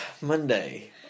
Monday